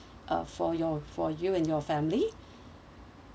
uh for your for you and your family